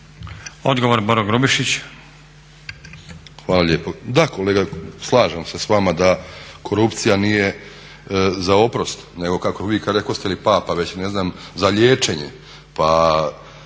Odgovor, Boro Grubišić.